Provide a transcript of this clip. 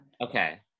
Okay